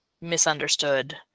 misunderstood